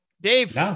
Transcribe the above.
Dave